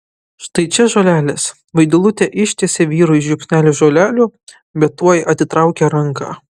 štai čia žolelės vaidilutė ištiesė vyrui žiupsnelį žolelių bet tuoj atitraukė ranką